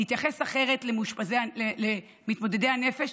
להתייחס אחרת למתמודדי הנפש,